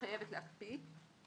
שמחייבת להקפיא,